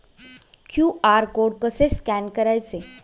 QR code कसे scan करायचे?